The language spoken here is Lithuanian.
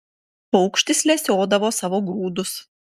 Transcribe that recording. paukštis lesiodavo savo grūdus